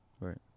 Right